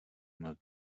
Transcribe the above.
nad